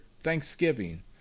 thanksgiving